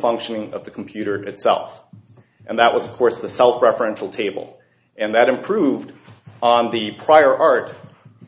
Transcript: functioning of the computer itself and that was of course the self referential table and that improved the prior art